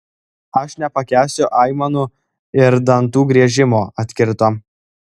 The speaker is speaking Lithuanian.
aš nepakęsiu aimanų ir dantų griežimo atkirto